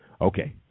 Okay